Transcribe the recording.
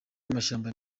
amashyamba